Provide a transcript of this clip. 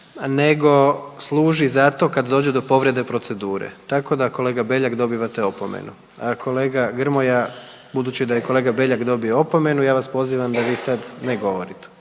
nego služi za to kad dođe do povrede procedure. Tako da kolega Beljak dobivate opomenu. A kolega Grmoja budući da je kolega Beljak dobio opomenu ja vas pozivam da vi sad ne govorite.